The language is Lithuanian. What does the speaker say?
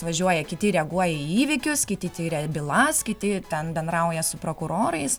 važiuoja kiti reaguoja į įvykius kiti tiria bylas kiti ten bendrauja su prokurorais